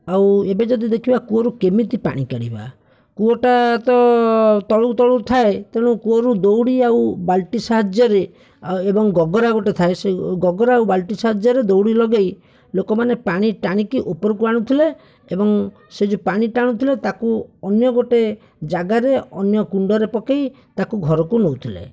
ଆଉ ଏବେ ଯଦି ଦେଖିବା କୂଅରୁ କେମିତି ପାଣି କାଢ଼ିବା କୂଅଟା ତ ତଳକୁ ତଳକୁ ଥାଏ ତେଣୁ କୂଅରୁ ଦଉଡ଼ି ଆଉ ବାଲ୍ଟି ସାହାଯ୍ୟରେ ଏବଂ ଗଗରା ଗୋଟେ ଥାଏ ସେହି ଗଗରା ଆଉ ବାଲ୍ଟି ସାହାଯ୍ୟରେ ଦଉଡ଼ି ଲଗାଇ ଲୋକମାନେ ପାଣି ଟାଣିକି ଉପରକୁ ଆଣୁଥିଲେ ଏବଂ ସେହି ଯେଉଁ ପାଣି ଟାଣୁଥିଲେ ତାକୁ ଅନ୍ୟ ଗୋଟେ ଜାଗାରେ ଅନ୍ୟ କୁଣ୍ଡରେ ପକାଇ ତାକୁ ଘରକୁ ନେଉଥିଲେ